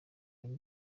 bintu